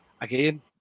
again